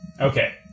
Okay